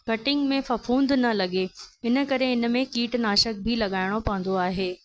cutting में फफूंद न लॻे इन करे इन में कीट नाशक बि लॻाइणो पवंदो आहे